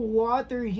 water